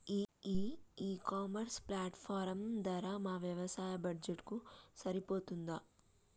ఈ e commerce platform ధర మా వ్యవసాయ బడ్జెట్ కు సరిపోతుందా?